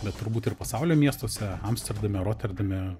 bet turbūt ir pasaulio miestuose amsterdame roterdame